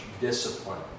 discipline